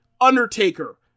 Undertaker